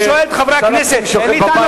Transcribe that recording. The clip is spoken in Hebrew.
אני שואל חברי כנסת, שר הפנים שוכב בבית.